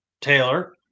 Taylor